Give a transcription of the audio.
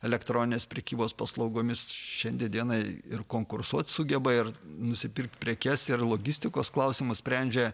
elektroninės prekybos paslaugomis šiandien dienai ir konkursuot sugeba ir nusipirkt prekes ir logistikos klausimus sprendžia